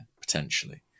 potentially